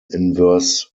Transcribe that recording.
inverse